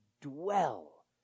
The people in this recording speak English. dwell